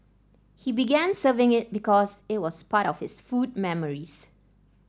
he began serving it because it was part of his food memories